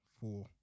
four